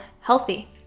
healthy